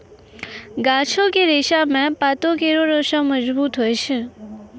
गाछो क रेशा म पातो केरो रेशा मजबूत होय छै